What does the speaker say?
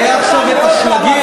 היו עכשיו שלגים?